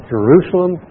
Jerusalem